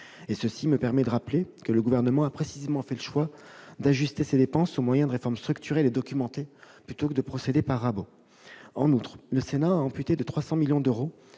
Cela me permet de vous rappeler que le Gouvernement a précisément fait le choix d'ajuster ces dépenses au moyen de réformes structurelles et documentées plutôt que de procéder par rabot. En outre, le Sénat a amputé de 300 millions d'euros